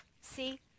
see